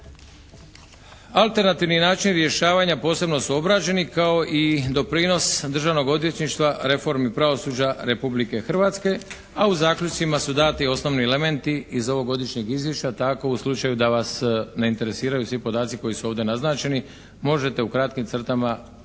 Alternativni načini rješavanja posebno su obrađeni kao i doprinos Državnog odvjetništva reformi pravosuđa Republike Hrvatske, a u zaključcima su dati osnovni elementi iz ovogodišnjeg izvješća. Tako u slučaju da vas ne interesiraju svi podaci koji su ovdje naznačeni, možete u kratkim crtama izvršiti